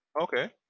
Okay